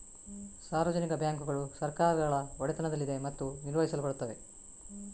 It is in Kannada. ಸಾರ್ವಜನಿಕ ಬ್ಯಾಂಕುಗಳು ಸರ್ಕಾರಗಳ ಒಡೆತನದಲ್ಲಿದೆ ಮತ್ತು ನಿರ್ವಹಿಸಲ್ಪಡುತ್ತವೆ